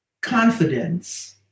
confidence